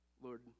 Lord